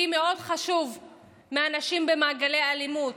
לי חשובות מאוד הנשים במעגלי אלימות,